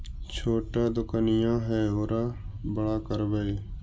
छोटा दोकनिया है ओरा बड़ा करवै?